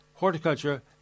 horticulture